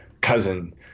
cousin